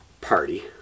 party